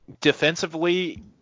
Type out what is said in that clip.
defensively